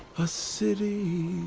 a city